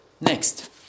Next